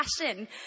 passion